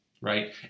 right